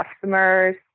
customers